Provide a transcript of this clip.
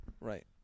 right